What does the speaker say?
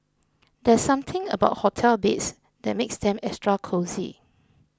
there's something about hotel beds that makes them extra cosy